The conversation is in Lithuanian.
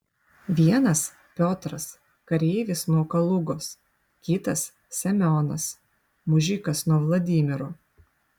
vienas piotras kareivis nuo kalugos kitas semionas mužikas nuo vladimiro